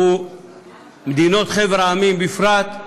וממדינות חבר העמים בפרט,